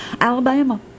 Alabama